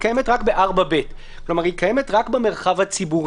קיים רק ב-4(ב), כלומר הוא קיים רק במרחב הציבורי.